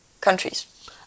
countries